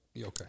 okay